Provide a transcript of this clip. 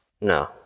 No